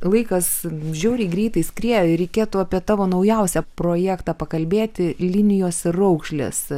laikas žiauriai greitai skrieja reikėtų apie tavo naujausią projektą pakalbėti linijos raukšlės